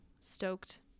stoked